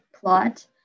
plot